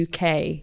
UK